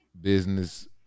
Business